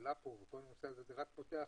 פותח